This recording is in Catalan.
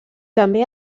també